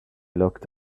locked